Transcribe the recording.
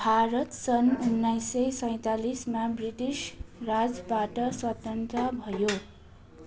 भारत सन् उन्नाइस सय सैँतालिसमा ब्रिटिस राजबाट स्वतन्त्र भयो